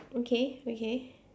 okay okay